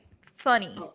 funny